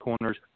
Corner's